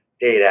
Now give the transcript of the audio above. data